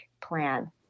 plan